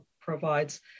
provides